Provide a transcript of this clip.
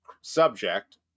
subject